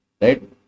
Right